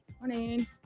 Morning